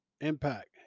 impact